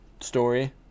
story